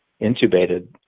intubated